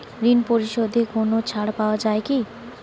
ঋণ পরিশধে কোনো ছাড় পাওয়া যায় কি?